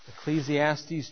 Ecclesiastes